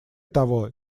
того